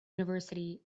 university